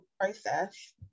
process